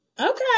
okay